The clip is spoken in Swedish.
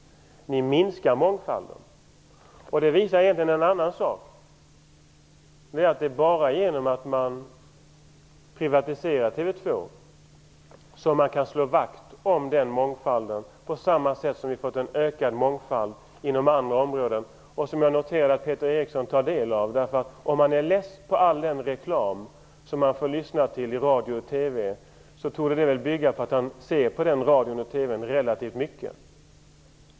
Ni minskar mångfalden. Det visar egentligen en annan sak, att det bara är genom att man privatiserar TV 2 som man kan slå vakt om mångfalden. På samma sätt har vi fått en ökad mångfald inom andra områden, som jag noterar att Peter Eriksson tar del av. Om han är less på all den reklam som han får lyssna till i radio och TV, torde det bygga på att han ser och hör på TV och radio relativt mycket.